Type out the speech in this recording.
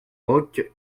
roch